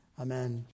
Amen